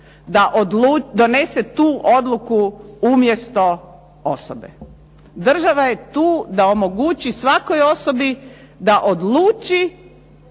da donese tu odluku umjesto osobe. Država je tu da omogući svakoj osobi da odluči